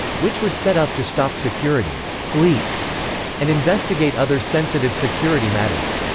which was set up to stop security leaks and investigate other sensitive security matters.